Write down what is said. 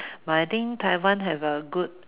but I think Taiwan have a good